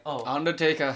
undertaker